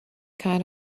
kind